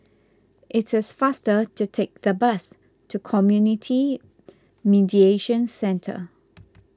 it is faster to take the bus to Community Mediation Centre